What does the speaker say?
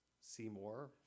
Seymour